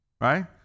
right